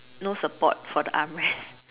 no support for the arm rest